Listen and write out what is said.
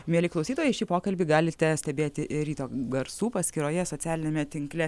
mieli klausytojai šį pokalbį galite stebėti ir ryto garsų paskyroje socialiniame tinkle